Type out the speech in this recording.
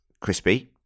Crispy